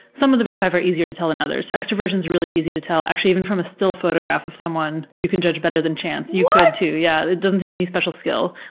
some of the big five are easier to tell than others. so extroversion's really easy to tell, actually even from a still photograph of someone, you can judge better than chance. you could too. what! yeah. it doesn't take any special skill.